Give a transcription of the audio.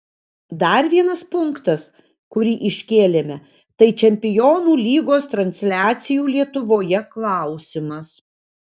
dar vienas punktas kurį iškėlėme tai čempionų lygos transliacijų lietuvoje klausimas